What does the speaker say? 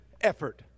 effort